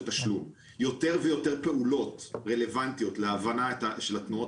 --- יותר ויותר פעולות רלוונטיות להבנה של התנועות